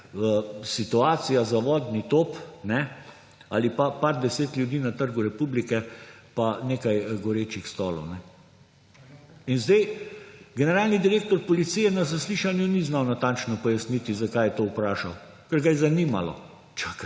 situacija za vodni top ali pa par deset ljudi na Trgu republike pa nekaj gorečih stolov. In generalni direktor policije na zaslišanju ni znal natančno pojasniti, zakaj je to vprašal. Ker ga je zanimalo. Čakaj,